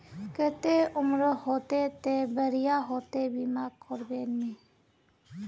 केते उम्र होते ते बढ़िया होते बीमा करबे में?